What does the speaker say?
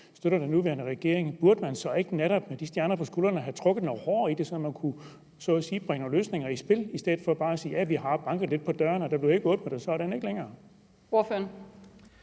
støtter den nuværende regering. Burde man så ikke netop med de stjerner på skuldrene have trukket noget hårdere i trådene, så man så at sige kunne bringe nogle løsninger i spil i stedet for bare at sige: Vi har banket lidt på dørene, men der blev ikke åbnet, og så er den ikke længere? Kl.